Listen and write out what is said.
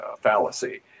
fallacy